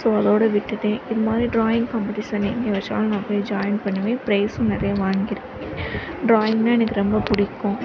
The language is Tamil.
ஸோ அதோட விட்டுவிட்டேன் இந்தமாரி டிராயிங் காம்படிஷன் எங்கே வச்சாலும் நான் போய் ஜாயின் பண்ணுவேன் பிரைஸும் நிறைய வாங்கிருக் டிராயிங்ன்னா எனக்கு ரொம்ப பிடிக்கும்